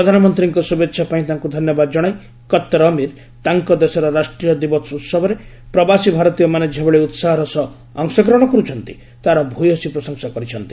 ପ୍ରଧାନମନ୍ତ୍ରୀଙ୍କ ଶ୍ରଭେଚ୍ଛା ପାଇଁ ତାଙ୍କ ଧନ୍ୟବାଦ ଜଣାଇ କତ୍ତର ଅମିର ତାଙ୍କ ଦେଶର ରାଷ୍ଟ୍ରୀୟ ଦିବସ ଉତ୍ସବରେ ପ୍ରବାସୀ ଭାରତୀୟମାନେ ଯେଭଳି ଉତ୍ସାହର ସହ ଅଂଶଗ୍ରହଣ କରୁଛନ୍ତି ତାହାର ଭ୍ରୟସୀ ପ୍ରଶଂସା କରିଛନ୍ତି